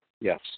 yes